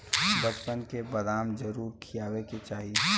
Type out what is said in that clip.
बच्चन के बदाम जरूर खियावे के चाही